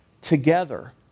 together